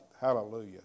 Hallelujah